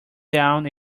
down